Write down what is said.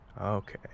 Okay